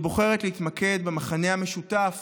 היא בוחרת להתמקד במכנה המשותף